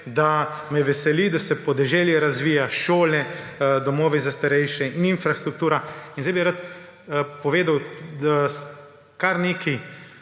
da me veseli, da se podeželje razvija, šole, domovi za starejše in infrastruktura. Zdaj bi rad povedal kar nekaj